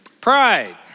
Pride